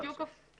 בדיוק הפוך.